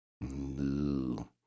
No